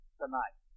tonight